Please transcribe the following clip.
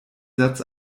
satz